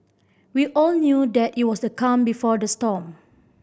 we all knew that it was the calm before the storm